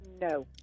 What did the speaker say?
No